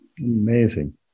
amazing